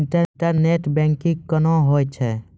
Internet banking कोना होय छै?